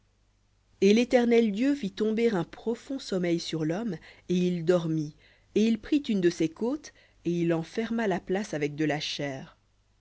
et l'éternel dieu fit tomber un profond sommeil sur l'homme et il dormit et il prit une de ses côtes et il en ferma la place avec de la chair